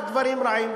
רק דברים רעים,